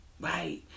Right